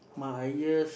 my years